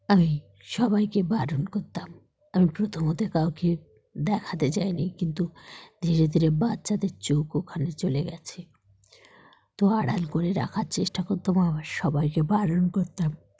আমি সবাইকে বারণ করতাম আমি প্রথমে তো কাউকে দেখাতে যাইনি কিন্তু ধীরে ধীরে বাচ্চাদের চোখ ওখানে চলে গেছে তো আড়াল করে রাখার চেষ্টা করতাম আমার সবাইকে বারণ করতাম